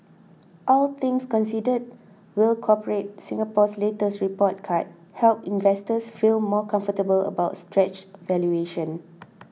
all things considered will Corporate Singapore's latest report card help investors feel more comfortable about stretched valuations